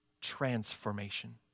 transformation